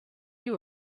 you